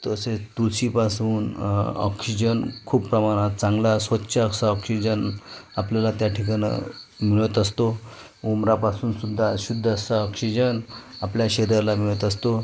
तसेच तुळशीपासून ऑक्सिजन खूप प्रमाणात चांगला स्वच्छ असा ऑक्सिजन आपल्याला त्या ठिकाणं मिळत असतो उमरापासूनसुद्धा शुद्धासा ऑक्सिजन आपल्या शरीराला मिळत असतो